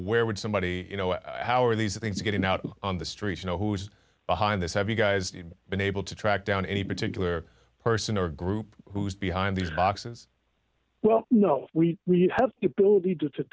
where would somebody you know how are these things getting out on the street you know who was behind this have you guys been able to track down any particular person or group who's behind these boxes well you know we we have the ability to